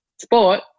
sport